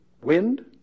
wind